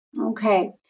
Okay